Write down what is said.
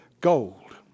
gold